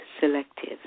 selective